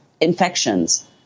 infections